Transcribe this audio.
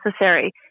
necessary